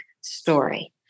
story